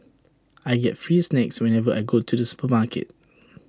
I get tree snacks whenever I go to the supermarket